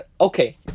okay